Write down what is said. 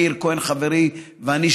מאיר כהן חברי ואני,